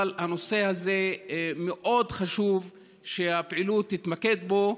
אבל הנושא הזה, מאוד חשוב שהפעילות תתמקד בו,